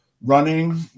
running